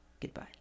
goodbye